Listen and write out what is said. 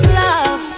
love